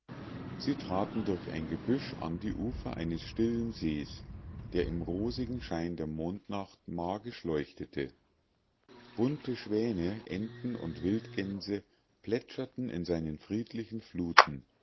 sie traten durch ein gebüsch an die ufer eines stillen sees der im rosigen schein der mondnacht magisch leuchtete bunte schwäne enten und wildgänse plätscherten in seinen friedlichen fluten